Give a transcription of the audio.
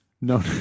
No